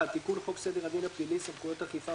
"תיקון חוק סדר הדין הפלילי (סמכויות אכיפה,